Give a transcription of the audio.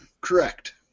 correct